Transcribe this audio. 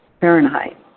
Fahrenheit